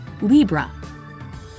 Libra